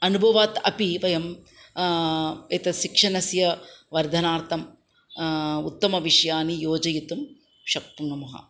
अनुभवात् अपि वयम् एतत् शिक्षणस्य वर्धनार्थम् उत्तमविषयान् योजयितुं शक्नुमः